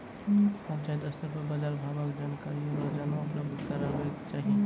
पंचायत स्तर पर बाजार भावक जानकारी रोजाना उपलब्ध करैवाक चाही?